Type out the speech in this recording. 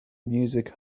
music